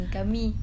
Kami